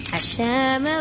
Hashem